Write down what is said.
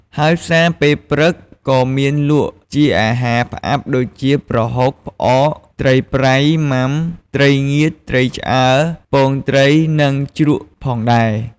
ហើយផ្សារពេលព្រឹកក៏មានលក់ជាអាហារផ្អាប់ ដូចជា ប្រហុក ផ្អក ត្រីប្រៃ មុាំ ត្រីងៀត ត្រីឆ្អើរ ពងត្រីនិង ជ្រក់ផងដែរ។